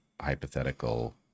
hypothetical